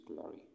glory